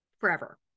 Forever